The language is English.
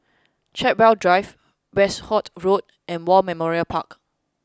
Chartwell Drive Westerhout Road and War Memorial Park